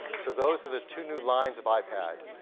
so those are the two new lines of ipad,